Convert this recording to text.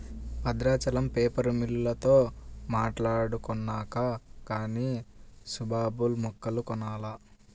Bhadrachalam paper మిల్లోల్లతో మాట్టాడుకొన్నాక గానీ సుబాబుల్ మొక్కలు కొనాల